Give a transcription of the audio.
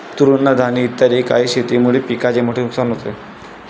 तृणधानी इत्यादी काही शेतीमुळे पिकाचे मोठे नुकसान होते